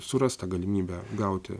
suras tą galimybę gauti